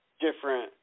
different